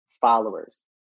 followers